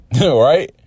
Right